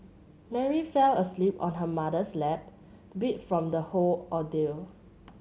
Mary fell asleep on her mother's lap beat from the whole ordeal